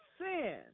sin